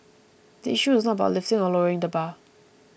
the issue is not about lifting or lowering the bar